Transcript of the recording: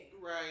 Right